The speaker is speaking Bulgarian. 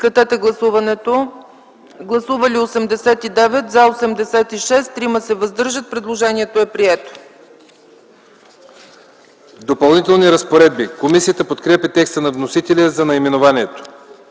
„Допълнителни разпоредби”. Комисията подкрепя текста на вносителя за наименованието.